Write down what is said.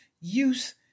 use